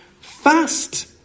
Fast